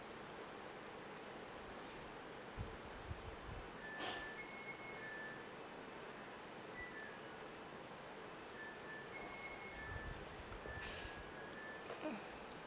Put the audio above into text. mm